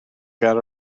ger